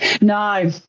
No